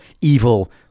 evil